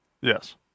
Yes